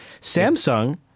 Samsung